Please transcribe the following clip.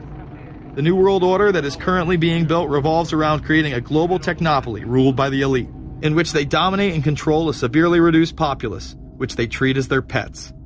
the new world order that is currently being built revolves around creating a global technopoly ruled by the elite in which they dominate and control a severely reduced populace which they treat as their pets.